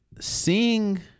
seeing